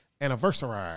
anniversary